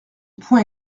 point